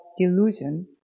delusion